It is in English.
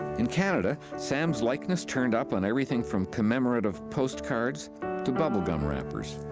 in canada, sam's likeness turned up on everything from commemorative postcards to bubble gum wrappers.